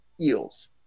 eels